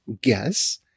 guess